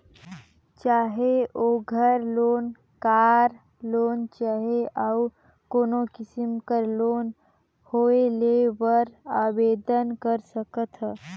चाहे ओघर loan, car loan चहे अउ कोनो किसिम कर लोन होए लेय बर आबेदन कर सकत ह